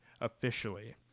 officially